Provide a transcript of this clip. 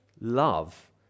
Love